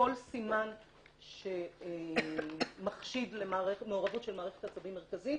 כל סימן שמחשיד למעורבות של מערכת עצבים מרכזית